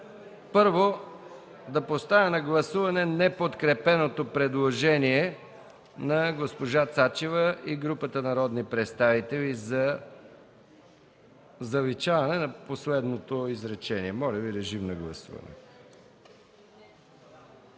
Първо поставям на гласуване неподкрепеното предложение на госпожа Цачева и групата народни представители за заличаване на последното изречение. Моля, режим на гласуване.